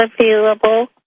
available